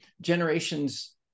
generations